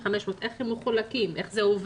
ה-8,500, איך הם מחולקים, איך זה עובד?